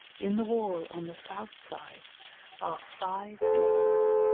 in the wall on the south side are five doors,